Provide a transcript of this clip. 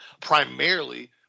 primarily